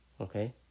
Okay